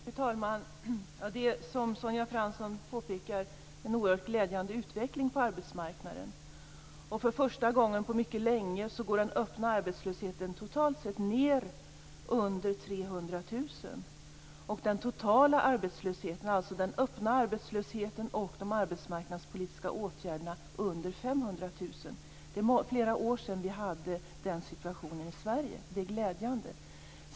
Fru talman! Det är som Sonja Fransson påpekar en oerhört glädjande utveckling på arbetsmarknaden. För första gången på mycket länge går den öppna arbetslösheten på arbetsmarknaden totalt sett ned under 300 000. Den totala arbetslösheten, dvs. den öppna arbetslösheten och de som befinner sig i arbetsmarknadspolitiska åtgärder, är under 500 000. Det är flera år sedan vi hade den situationen i Sverige. Det är glädjande.